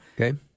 Okay